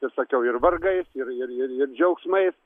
kaip sakiau ir vargais ir ir ir ir džiaugsmais